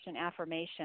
affirmation